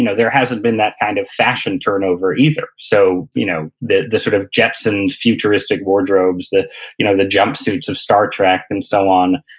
you know there hasn't been that kind of fashion turnover either. so you know the the sort of jepson futuristic wardrobes, the you know the jump suits of star trek and so on.